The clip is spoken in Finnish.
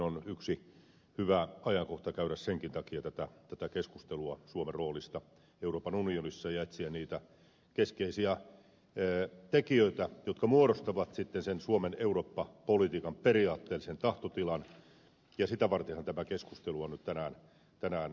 senkin takia tämä on hyvä ajankohta käydä tätä keskustelua suomen roolista euroopan unionissa ja etsiä niitä keskeisiä tekijöitä jotka muodostavat sitten sen suomen eurooppa politiikan periaatteellisen tahtotilan ja sitä vartenhan tämä keskustelu on nyt tänään ollut paikallaan